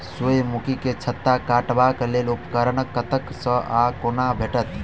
सूर्यमुखी केँ छत्ता काटबाक लेल उपकरण कतह सऽ आ कोना भेटत?